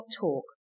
talk